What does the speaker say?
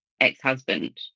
ex-husband